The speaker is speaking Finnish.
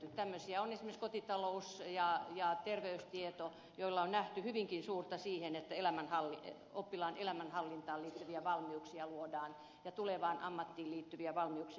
tämmöisiä ovat esimerkiksi kotitalous ja terveystieto joilla on nähty hyvinkin suurta vaikutusta siihen että oppilaan elämänhallintaan liittyviä valmiuksia luodaan ja tulevaan ammattiin liittyviä valmiuksia